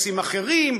מסים אחרים,